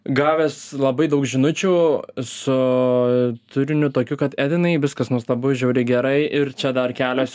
gavęs labai daug žinučių su turiniu tokiu kad edvinai viskas nuostabu žiauriai gerai ir čia dar kelios